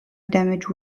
damage